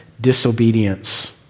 disobedience